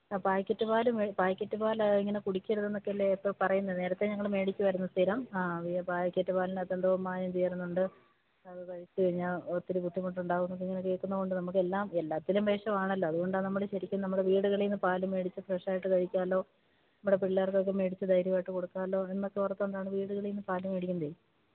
ആ പാക്കറ്റ് പാല് പാക്കറ്റ് പാൽ ഇങ്ങനെ കുടിക്കരുതെന്നൊക്കെയല്ലേ ഇപ്പോൾ പറയുന്നത് നേരത്തെ ഞങ്ങൾ വേടിക്കുമായിരുന്നു സ്ഥിരം ആ പാക്കറ്റ് പാലിനകത്ത് എന്തോ മായം ചേരുന്നുണ്ട് അത് കഴിച്ചു കഴിഞ്ഞാൽ ഒത്തിരി ബുന്ധിമുട്ടുണ്ടാവും എന്നൊക്കെ ഇങ്ങനെ കേൾക്കുന്നതുകൊണ്ട് നമുക്കെല്ലാം എല്ലാത്തിലും വിഷമാണല്ലോ അതുകൊണ്ടാ നമ്മൾ ശരിക്കും നമ്മൾ വീടുകളിൽനിന്ന് പാൽ വേടിച്ചാൽ ഫ്രഷ് ആയിട്ട് കഴിക്കാമല്ലോ നമ്മുടെ പിള്ളേർക്കൊക്കെ വേടിച്ച് ധൈര്യമായിട്ട് കൊടുക്കാമല്ലോ എന്നൊക്കെ ഓർത്തുകൊണ്ടാണ് വീടുകളിൽനിന്ന് പാൽ വേടിക്കുന്നത്